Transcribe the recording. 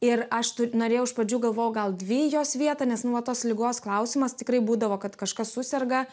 ir aš norėjau iš pradžių galvojau gal dvi į jos vietą nes nu va tos ligos klausimas tikrai būdavo kad kažkas suserga